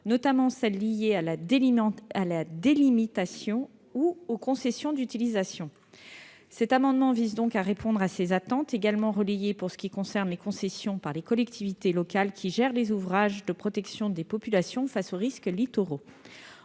notamment celles qui sont liées à la délimitation ou aux concessions d'utilisation. Cet amendement vise à répondre à ces attentes, également relayées, pour ce qui concerne les concessions, par les collectivités locales qui administrent les ouvrages de protection de la population face aux risques littoraux.